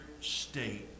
state